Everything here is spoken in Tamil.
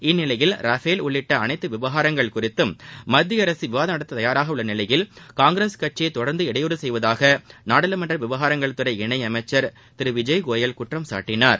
இந்நிலையில் ரஃபேல் உள்ளிட்ட அளைத்து விவகாரங்கள் குறித்தும் மத்தியஅரசு விவாதம் நடத்த தயாராக உள்ள நிலையில் காங்கிரஸ் கட்சி தொடர்ந்து இடையூறு செய்வதாக நாடாளுமன்ற விவகாரத்துறை இணையமைச்சர் திரு விஜய் கோயல் குற்றம் சாட்டினார்